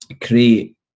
create